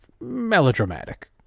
melodramatic